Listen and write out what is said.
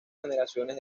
generaciones